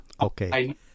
Okay